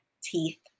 teeth